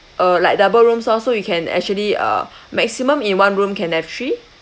uh like double rooms lor so you can actually uh maximum in one room can have three